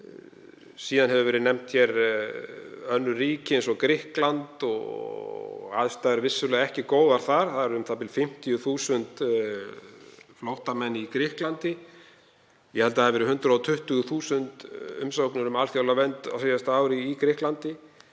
Nefnd hafa verið hér önnur ríki eins og Grikkland og eru aðstæður vissulega ekki góðar þar. Það eru u.þ.b. 50.000 flóttamenn í Grikklandi. Ég held að það hafi verið 120.000 umsóknir um alþjóðlega vernd á síðasta ári í Grikklandi.